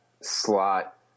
slot